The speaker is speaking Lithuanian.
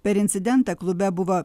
per incidentą klube buvo